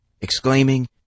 exclaiming